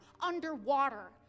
underwater